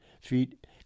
feet